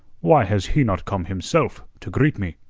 why has he not come, himself, to greet me?